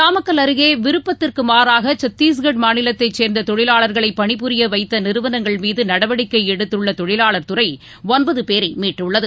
நாமக்கல் அருகேவிருப்பத்திற்குமாறாகசத்தீஷ்கட் மாநிலத்தைச் சேர்ந்ததொழிலாளர்களைபணிபுரியவைத்தநிறுவனங்கள் மீதுநடவடிக்கைஎடுத்துள்ளதொழிலாளர் துறைஒன்பதுபேரைமீட்டுள்ளது